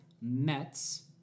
Mets